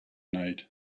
night